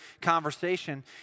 conversation